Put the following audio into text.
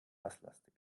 basslastig